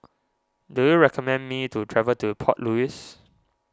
do you recommend me to travel to Port Louis